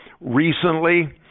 recently